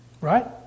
Right